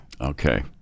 Okay